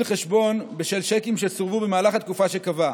חשבון בשל צ'קים שסורבו במהלך התקופה שקבע.